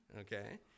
Okay